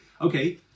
Okay